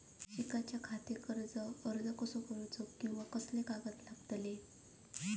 शिकाच्याखाती कर्ज अर्ज कसो करुचो कीवा कसले कागद लागतले?